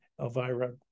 Elvira